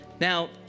Now